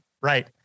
Right